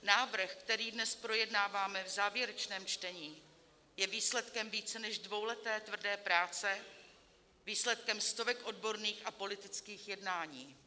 Návrh, který dnes projednáváme v závěrečném čtení, je výsledkem více než dvouleté tvrdé práce, výsledkem stovek odborných a politických jednání.